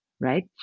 Right